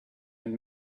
and